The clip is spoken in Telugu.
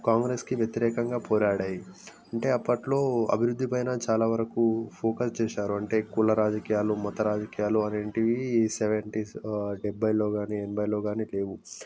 కాంగ్రెస్ కి వ్యతిరేకంగా పోరాడినాయి అంటే అప్పట్లో అభివృద్ధి పైన చాలావరకు ఫోకస్ చేశారు అంటే కుల రాజకీయాలు మత రాజకీయాలు అనేవి సెవెంటీస్ డెబ్బైలో కానీ ఎనభైలో కానీ లేవు